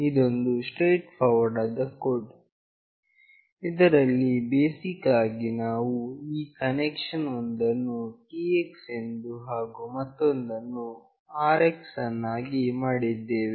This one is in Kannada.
ಇದೊಂದು ಸ್ಟ್ರೇಟ್ ಫಾರ್ವರ್ಡ್ ಆದ ಕೋಡ್ ಇದರಲ್ಲಿ ಬೇಸಿಕ್ ಆಗಿ ನಾವು ಈ ಕನೆಕ್ಷನ್ ನಲ್ಲಿ ಒಂದನ್ನು TX ಎಂದು ಹಾಗು ಮತ್ತೊಂದನ್ನು RX ಯನ್ನಾಗಿ ಮಾಡಿದ್ದೇವೆ